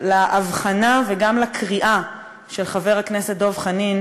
לאבחנה וגם לקריאה של חבר הכנסת דב חנין,